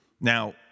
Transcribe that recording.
Now